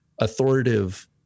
authoritative